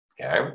Okay